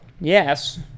yes